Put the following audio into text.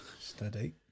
Steady